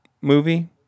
movie